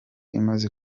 imaze